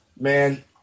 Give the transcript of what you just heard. man